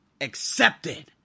accepted